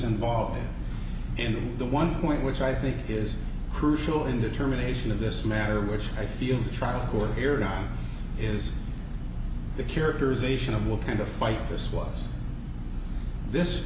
involved in the one point which i think is crucial in determination of this matter which i feel the trial court here is the characterization of will kind of fight this was this